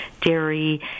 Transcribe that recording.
dairy